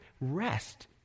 rest